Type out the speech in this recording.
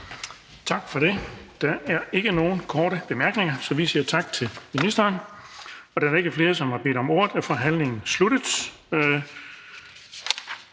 Tak for det. Der er ikke flere korte bemærkninger, og vi siger tak til ordføreren. Da der ikke er flere, der har bedt om ordet, er forhandlingen sluttet.